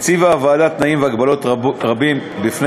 הוועדה הציבה תנאים והגבלות רבים בפני